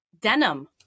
denim